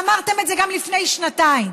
אמרתם את זה גם לפני שנתיים.